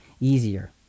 easier